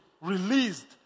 released